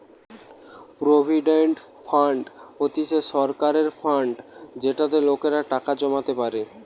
provident fund হতিছে সরকারের fund যেটাতে লোকেরা টাকা জমাতে পারে